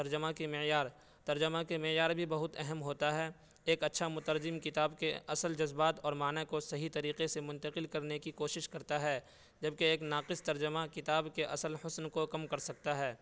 ترجمہ کی معیار ترجمہ کے معیار بھی بہت اہم ہوتا ہے ایک اچھا مترجم کتاب کے اصل جذبات اور معنیٰ کو صحیح طریقے سے منتقل کرنے کی کوشش کرتا ہے جب کہ ایک ناقص ترجمہ کتاب کے اصل حسن کو کم کر سکتا ہے